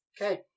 Okay